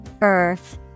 Earth